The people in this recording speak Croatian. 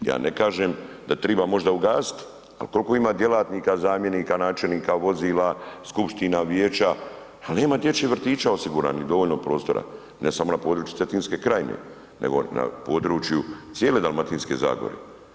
Ja ne kažem da treba možda ugasiti a koliko ima djelatnika, zamjenika, načelnika, vozila, skupština, vijeća a nema dječjih vrtića osiguranih dovoljno prostora, ne samo na području Cetinske krajine nego na području cijele Dalmatinske zagore.